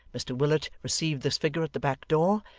mr willet received this figure at the back-door,